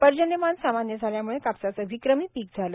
पर्जन्यमान सामान्य झाल्यामुळे कापसाचं विक्रमी पीक झालं